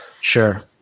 Sure